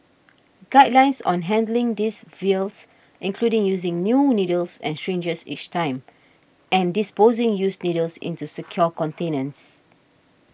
guidelines on handling these vials include using new needles and syringes each time and disposing used needles into secure containers